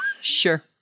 Sure